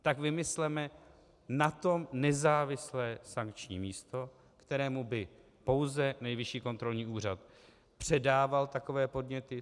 Tak vymysleme na to nezávislé sankční místo, kterému by pouze Nejvyšší kontrolní úřad předával takové podněty.